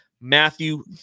Matthew